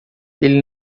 ele